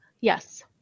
Yes